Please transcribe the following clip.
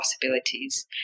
possibilities